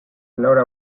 laura